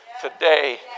today